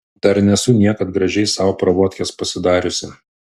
dar nesu niekad gražiai sau pravodkės pasidariusi